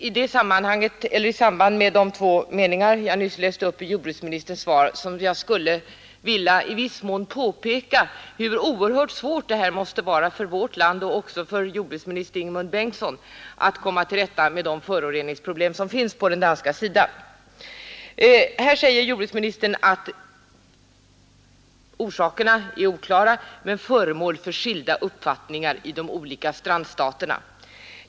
I samband med de två meningar jag nyss läste upp ur jordbruksministerns svar skulle jag vilja understryka hur oerhört svårt det måste vara för vårt land — och även för jordbruksminister Ingemund Bengtsson — att komma till rätta med de föroreningsproblem som finns på den danska sidan Jordbruksministern säger i sitt svar att orsakerna till Östersjöns förorening fortfarande är oklara och föremål för skilda uppfattningar i de olika strandstaterna.